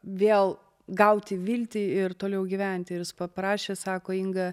vėl gauti viltį ir toliau gyventi ir jis paprašė sako inga